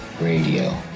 radio